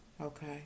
Okay